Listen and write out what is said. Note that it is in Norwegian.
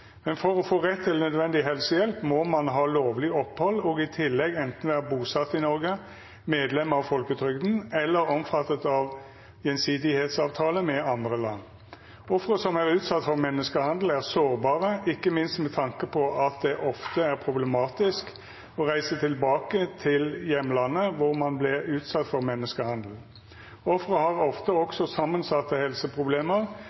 men for å få rett til nødvendig helsehjelp må man ha lovlig opphold og i tillegg enten være bosatt i Norge, medlem av folketrygden eller omfattet av gjensidighetsavtaler med andre land. Er man ikke det, må man betale. Det sier seg selv at for en papirløs migrant er det tilnærmet umulig å betale kostnadene for helsetjenestene. Dette faktum, i tillegg til redsel for å bli oppdaget og meldt til politiet, gjør at mange ikke